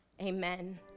amen